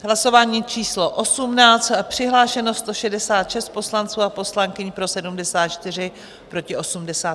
Hlasování číslo 18, přihlášeno 166 poslanců a poslankyň, pro 74, proti 80.